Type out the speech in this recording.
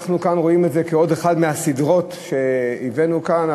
אנחנו כאן רואים את זה כעוד אחת מהסדרות שהבאנו כאן,